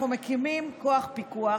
אנחנו מקימים כוח פיקוח